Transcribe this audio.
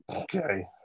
Okay